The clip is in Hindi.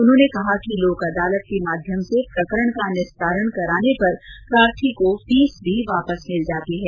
उन्होंने कहा कि लोक अदालत के माध्यम से प्रकरण का निस्तारण कराने पर प्रार्थी को फीस भी वापस मिल जाती है